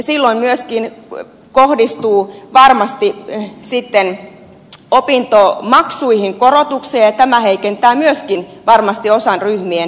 silloin myöskin kohdistuu varmasti sitten opintomaksuihin korotuksia ja tämä heikentää myöskin varmasti osallistumista osassa ryhmistä